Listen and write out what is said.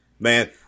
Man